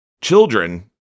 children